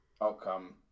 outcome